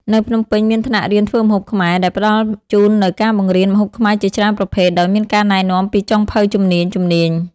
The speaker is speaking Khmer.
នៅភ្នំពេញមានថ្នាក់រៀនធ្វើម្ហូបខ្មែរ ដែលផ្តល់ជូននូវការបង្រៀនម្ហូបខ្មែរជាច្រើនប្រភេទ ដោយមានការណែនាំពីចុងភៅជំនាញៗ។